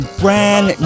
brand